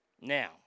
Now